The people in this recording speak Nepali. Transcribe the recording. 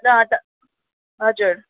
ल त हजुर